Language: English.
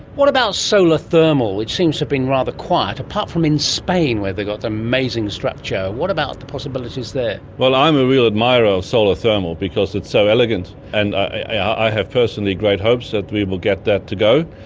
what about solar thermal? it seems to have been rather quiet, apart from in spain where they've got that amazing structure. what about the possibilities there? well, i'm a real admirer of solar thermal because it's so elegant, and i have personally great hopes that we will get that to go.